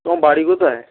তোমার বাড়ি কোথায়